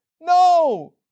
no